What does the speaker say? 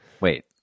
Wait